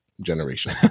generation